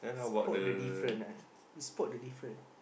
spot the different ah you spot the different